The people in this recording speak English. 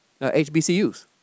HBCUs